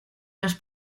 los